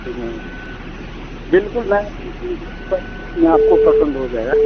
वह बिलकुल मैम बिलकुल सब कुछ में आपको पसंद हो जाएगा